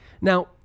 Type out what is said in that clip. Now